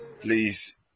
Please